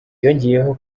yongeyeho